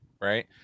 right